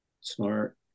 smart